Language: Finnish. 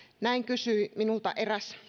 näin kysyi minulta eräs